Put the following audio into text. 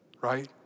right